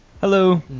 Hello